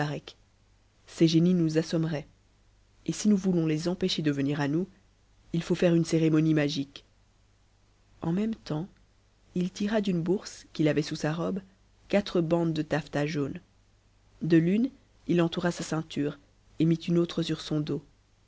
ces génies nous assommeraient et si nous voulons tes empêcher de venir à nous it faut faire une cérémonie magique en même temps il tira d'une bourse qu'il avait sous sa robe quatre bandes de taffetas jaune de l'une il entoura sa ceinture et mit une autre sur son dos